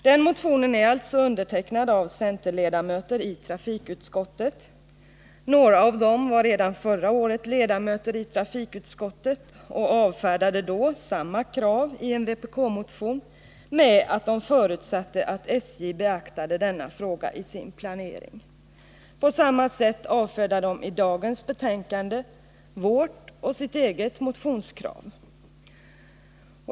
Den motionen är alltså undertecknad av centerledamöter i trafikutskottet. Några av dem var redan förra året ledamöter i trafikutskottet och avfärdade då samma krav i en vpk-motion med att de förutsatte att SJ beaktade denna fråga i sin planering. På samma sätt avfärdar de i dagens betänkande vårt och sitt eget motionskrav.